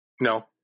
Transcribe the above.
No